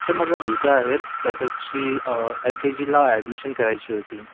sir माझा मुलगा आहे तर त्याची एल के जीला ॲडमिशन करायची होती